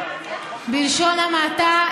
בלשון המעטה,